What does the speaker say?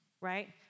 right